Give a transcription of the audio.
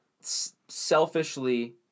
selfishly